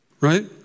Right